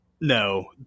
no